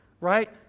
right